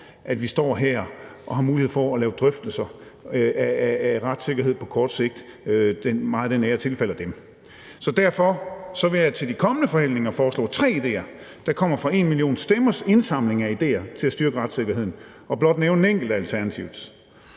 at vi står her og har mulighed for at lave drøftelser af retssikkerhed på kort sigt, tilfalder dem. Så derfor vil jeg til de kommende forhandlinger foreslå tre idéer, der kommer fra #enmillionstemmers indsamling af idéer til at styrke retssikkerheden, og blot nævne en enkelt af Alternativets: